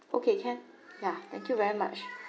okay can yeah thank you very much